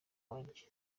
wanjye